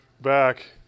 back